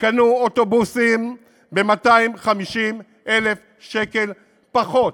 קנו אוטובוסים ב-250,000 שקל פחות.